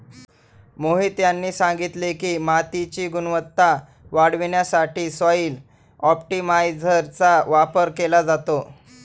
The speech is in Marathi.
मोहित यांनी सांगितले की, मातीची गुणवत्ता वाढवण्यासाठी सॉइल ऑप्टिमायझरचा वापर केला जातो